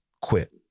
quit